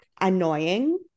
annoying